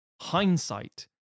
hindsight